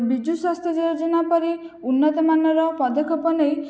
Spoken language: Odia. ବିଜୁ ସ୍ୱାସ୍ଥ୍ୟ ଯୋଜନା ପରି ଉନ୍ନତମାନର ପଦକ୍ଷେପ ନେଇ